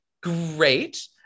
Great